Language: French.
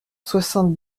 soixante